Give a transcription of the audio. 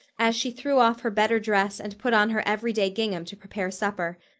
as she threw off her better dress and put on her every-day gingham to prepare supper.